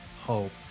hope